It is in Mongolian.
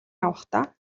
явахдаа